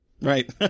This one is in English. right